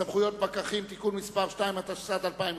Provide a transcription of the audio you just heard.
סמכויות פקחים) (תיקון מס' 2), התשס"ט 2009,